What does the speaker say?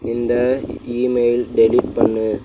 இந்த email delete பண்ணு